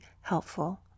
helpful